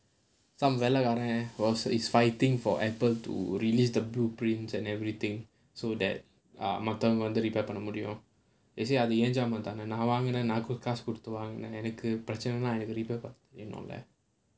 is fighting for Apple to release the blueprints and everything so that[ah] மத்தவங்க:maththavanga repair பண்ண முடியும் என் ஜாமான் தானே நான் காசு கொடுத்து வாங்குன எனக்கு பிரச்னைனா:panna mudiyum en jaamaan thaanae naan kaasu koduthu vaanguna enakku pirachanainaa repair பார்க்க தெரியனும்ல:paarkka theriyanumla